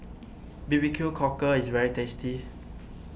B B Q Cockle is very tasty